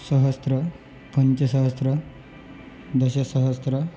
सहस्रं पञ्चसहस्रं दशसहस्रं